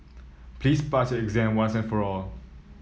please pass your exam once and for all